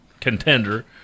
contender